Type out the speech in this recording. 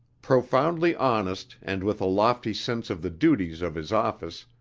profoundly honest and with a lofty sense of the duties of his office,